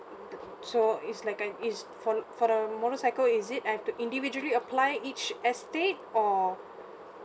th so is like a is for the for the motorcycle is it I have to individually apply each estate or